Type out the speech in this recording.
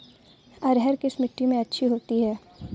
अरहर किस मिट्टी में अच्छी होती है?